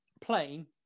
plane